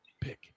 pick